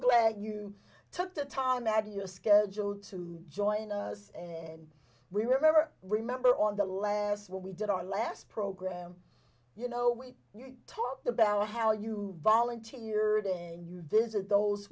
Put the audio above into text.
that you took the time that you're scheduled to join us and we remember remember on the last one we did our last program you know we talked about how you volunteered and you visit those